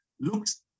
looks